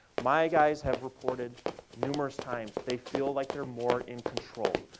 my guys have reported numerous times, they feel like they're more in control.